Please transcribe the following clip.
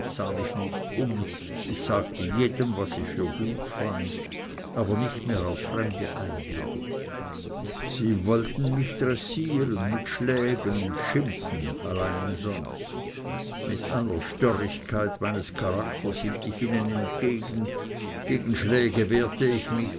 sah mich nicht um ich sagte jedem was ich für gut fand aber nicht mehr auf fremde eingebung sie wollten mich dressieren mit schlägen und schimpfen allein umsonst mit aller störrigkeit meines charakters hielt ich ihnen entgegen gegen schläge wehrte ich mich